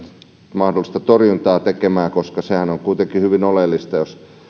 mahdollista torjuntaa tekemään koska sehän on kuitenkin hyvin oleellista jos